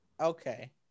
Okay